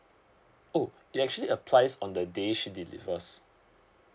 oh it actually applies on the day she delivers